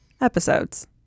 episodes